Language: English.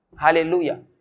Hallelujah